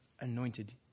anointed